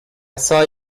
saw